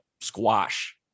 squash